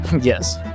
Yes